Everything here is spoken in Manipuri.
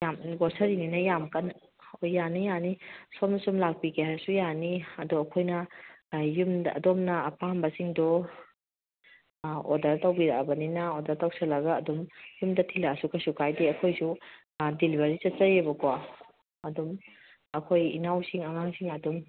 ꯌꯥꯝ ꯒ꯭ꯔꯣꯁꯔꯤꯅꯤꯅ ꯌꯥꯝ ꯀꯟꯅ ꯌꯥꯅꯤ ꯌꯥꯅꯤ ꯁꯣꯝꯅ ꯁꯨꯝ ꯂꯥꯛꯄꯤꯒꯦ ꯍꯥꯏꯔꯁꯨ ꯌꯥꯅꯤ ꯑꯗꯣ ꯑꯩꯈꯣꯏꯅ ꯌꯨꯝꯗ ꯑꯗꯣꯝꯅ ꯑꯄꯥꯝꯕꯁꯤꯡꯗꯣ ꯑꯣꯔꯗꯔ ꯇꯧꯕꯤꯔꯛꯑꯕꯅꯤꯅ ꯑꯣꯔꯗꯔ ꯇꯧꯁꯤꯜꯂꯒ ꯑꯗꯨꯝ ꯌꯨꯝꯗ ꯊꯤꯜꯂꯛꯑꯁꯨ ꯀꯩꯁꯨ ꯀꯥꯏꯗꯦ ꯑꯩꯈꯣꯏꯁꯨ ꯗꯤꯂꯤꯚꯔꯤ ꯆꯠꯆꯩꯌꯦꯑꯕꯀꯣ ꯑꯗꯨꯝ ꯑꯩꯈꯣꯏ ꯏꯅꯥꯎꯁꯤꯡ ꯑꯉꯥꯡꯁꯤꯡ ꯑꯗꯨꯝ